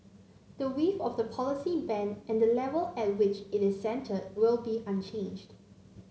the width of the policy band and the level at which it centred will be unchanged